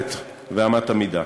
המסורת ואמת המידה.